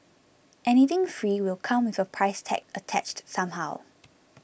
anything free will come with a price tag attached somehow